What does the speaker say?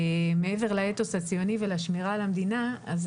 מעבר לאתוס הציוני ולשמירה על המדינה אני